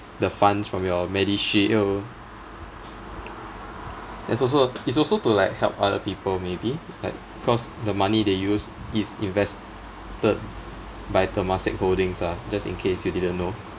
the funds from your medishield there's also it's also to like help other people maybe like because the money they use is invested by temasek holdings ah just in case you didn't know